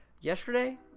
yesterday